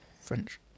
French